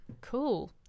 cool